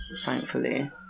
thankfully